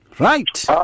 Right